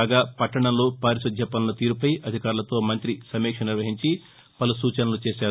కాగా పట్టణంలో పారిశుద్ద్య పనుల తీరుపై అధికారులతో మంత్రి సమీక్ష నిర్వహించి పలు సూచనలు చేశారు